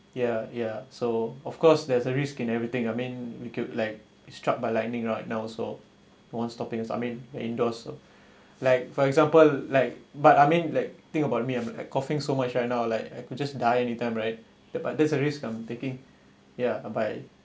ya ya so of course there's a risk in everything I mean we could like is struck by lightning right now so no one's stopping us I mean indoors like for example like but I mean like think about me I'm like coughing so much right now like I could just die anytime right the but that's a risk I'm taking ya by